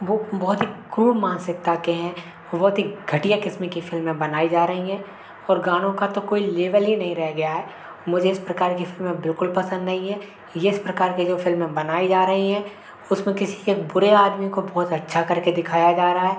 वे बहुत ही क्रूर मानसिकता के हैं वे बहुत ही घटिया क़िस्म की फ़िल्में बनाई जा रही हैं और गानों का तो कोई लेवल ही नहीं रहे गया है मुझे इस प्रकार की फ़िल्में बिल्कुल पसंद नई है इस प्रकार की जो फ़िल्में बनाई जा रही हैं उसमें किसी एक बुरे आदमी को बहुत अच्छा करके दिखाया जा रहा है